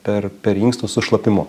per per inkstus su šlapimu